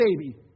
baby